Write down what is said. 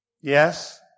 Yes